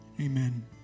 amen